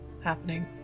happening